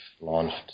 launched